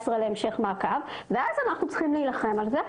להמשך מעקב ואז אנחנו צריכים להילחם על זה.